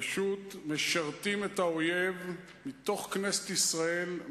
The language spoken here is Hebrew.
פשוט משרתים את האויב מתוך כנסת ישראל,